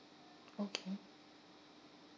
okay